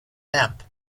damp